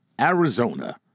Arizona